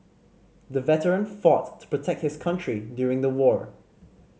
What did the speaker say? the veteran fought to protect his country during the war